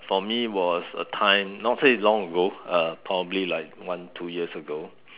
for me was a time not say long ago uh probably like one two years ago